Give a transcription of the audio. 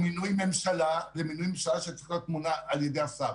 ראש אגף תקציבים הוא מינוי ממשלה שצריך להיות ממונה על ידי השר.